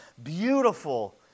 beautiful